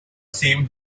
seemed